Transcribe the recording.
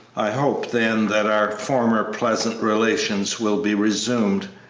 i hope then that our former pleasant relations will be resumed,